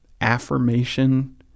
affirmation